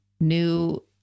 new